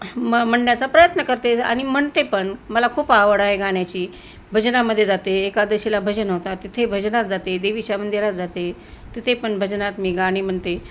म म्हणण्याचा प्रयत्न करते आणि म्हणते पण मला खूप आवड आहे गाण्याची भजनामध्ये जाते एकादशीला भजन होता तिथे भजनात जाते देवीच्या मंदिरात जाते तिथे पण भजनात मी गाणी म्हणते